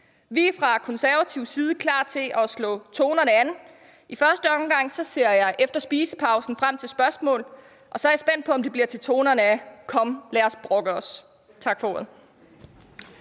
Vi er fra konservativ side klar til at slå tonerne an. I første omgang ser jeg efter spisepausen frem til spørgsmål, og så er jeg spændt på, om det bliver til tonerne af kom, lad os brokke os. Tak for ordet.